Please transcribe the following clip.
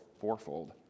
fourfold